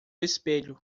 espelho